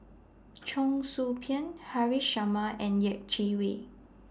Cheong Soo Pieng Haresh Sharma and Yeh Chi Wei